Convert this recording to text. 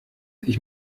ich